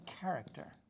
character